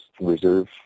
Reserve